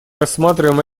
рассматриваем